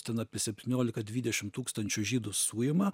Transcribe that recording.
ten apie septyniolika dvidešim tūkstančių žydų suima